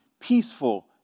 peaceful